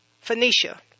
Phoenicia